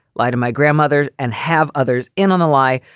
lie to my grandmother and have others in on a lie.